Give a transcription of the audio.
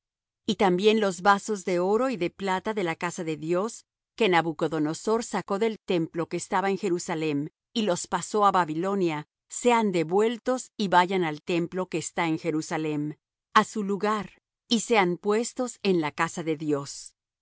y también los vasos de oro y de plata de la casa de dios que nabucodonosor sacó del templo que estaba en jerusalem y los pasó á babilonia sean devueltos y vayan al templo que está en jerusalem á su lugar y sean puestos en la casa de dios